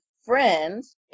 friends